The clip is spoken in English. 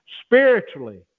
spiritually